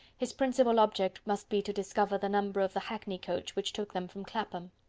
his principal object must be to discover the number of the hackney coach which took them from clapham.